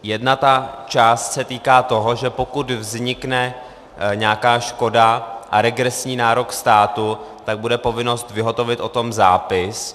Jedna část se týká toho, že pokud vznikne nějaká škoda a regresní nárok státu, tak bude povinnost vyhotovit o tom zápis.